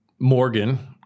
Morgan